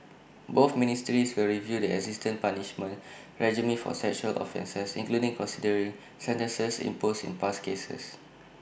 both ministries will review the existing punishment regime for sexual offences including considering sentences imposed in past cases